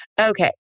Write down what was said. Okay